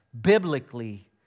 biblically